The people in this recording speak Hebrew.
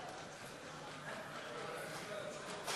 עלתה הבקשה